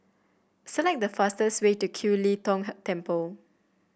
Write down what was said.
select the fastest way to Kiew Lee Tong Temple